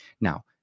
Now